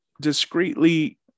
Discreetly